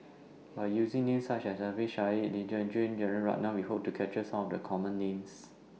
By using Names such as Alfian Sa'at Yee Jenn Jong Jalan Ratnam We Hope to capture Some of The Common Names